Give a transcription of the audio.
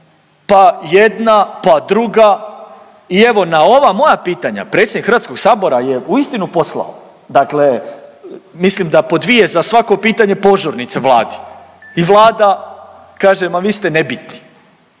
pa jedna pa druga i evo, na ova moja pitanja, predsjednik HS-a je uistinu poslao, dakle mislim da po dvije, za svako pitanje, požurnice Vladi i Vlada kaže, ma vi ste nebitni.